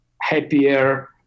happier